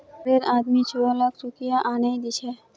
घररे आदमी छुवालाक चुकिया आनेय दीछे